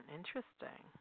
Interesting